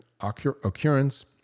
occurrence